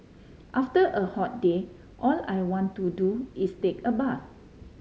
after a hot day all I want to do is take a bath